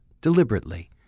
deliberately